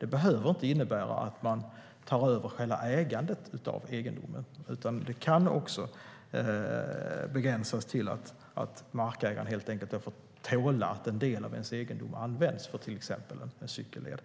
behöver inte innebära att man tar över hela ägandet av egendomen, utan det kan begränsas till att markägaren helt enkelt får tåla att en del av dennes egendom används för till exempel en cykelled.